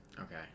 okay